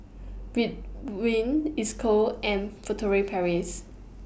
Ridwind Isocal and Furtere Paris